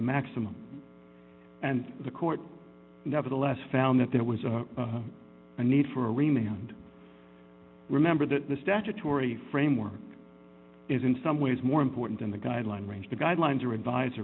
the maximum and the court nevertheless found that there was a need for a male and remember that the statutory framework is in some ways more important than the guideline range the guidelines are advi